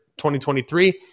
2023